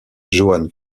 johann